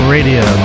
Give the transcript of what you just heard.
Radio